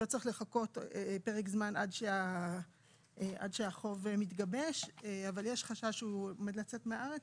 לא צריך לחכות פרק זמן עד שהחוב מתגבש אבל יש חשש שהוא עומד לצאת מהארץ.